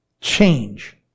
change